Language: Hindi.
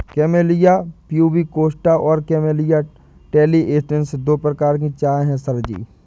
कैमेलिया प्यूबिकोस्टा और कैमेलिया टैलिएन्सिस दो प्रकार की चाय है सर जी